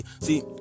see